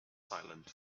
silent